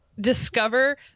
Discover